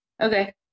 Okay